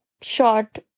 short